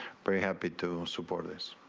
very happy to support this.